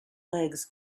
legs